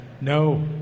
No